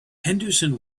henderson